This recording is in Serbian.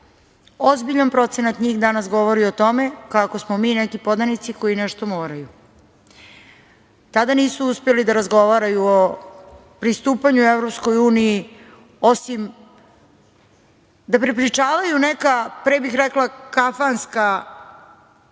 Ozbiljan procenat njih danas govori o tome kako smo mi neki podanici koji nešto moraju. Tada nisu uspeli da razgovaraju o pristupanju EU, osim da prepričavaju neka, pre bih rekla, kafanska